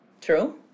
True